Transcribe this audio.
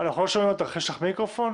הבטחה